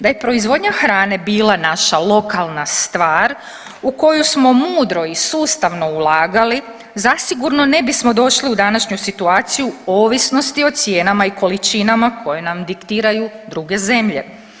Da je proizvodnja hrane bila naša lokalna stvar u koju smo mudro i sustavno ulagali zasigurno ne bismo došli u današnju situaciju ovisnosti o cijenama i količinama koje nam diktiraju druge zemlje.